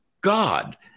God